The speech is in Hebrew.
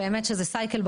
שזה סייקל,